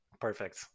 Perfect